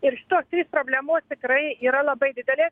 ir šitos trys problemos tikrai yra labai didelės